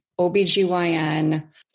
OBGYN